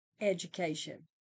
education